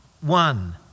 One